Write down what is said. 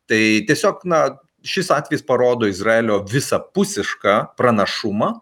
tai tiesiog na šis atvejis parodo izraelio visapusišką pranašumą